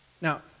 Now